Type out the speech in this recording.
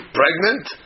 pregnant